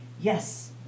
Yes